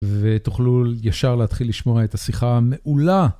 ותוכלו ישר להתחיל לשמוע את השיחה המעולה.